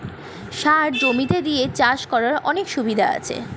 সার জমিতে দিয়ে চাষ করার অনেক রকমের সুবিধা আছে